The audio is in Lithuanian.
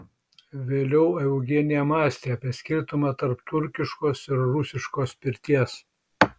vėliau eugenija mąstė apie skirtumą tarp turkiškos ir rusiškos pirties